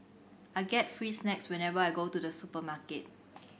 I get free snacks whenever I go to the supermarket